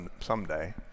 someday